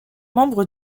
membre